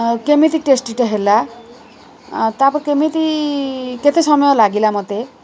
କେମିତି ଟେଷ୍ଟି'ଟା ହେଲା ତା'ପରେ କେମିତି କେତେ ସମୟ ଲାଗିଲା ମୋତେ